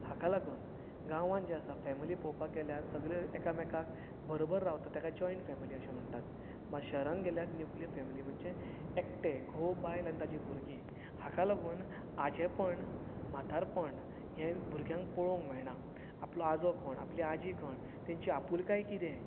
हाका लागून गांवांत जें आसा फेमिली पोवपाक गेल्यार सगळे एकामेका बरोबर रावतात ताका जॉयंट फेमिली अशें म्हणटात मात शहरांत गेल्यार न्युक्लियर फेमिली म्हणजे एकटे घोव बायल आनी तांचीं भुरगीं हाका लागून आजेपण म्हातारपण हें भुरग्यांक पळोवंक मेळना आपलो आजो कोण आपली आजी कोण तेंची आपुलकाय कितें